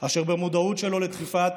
אשר במודעות שלו לדחיפות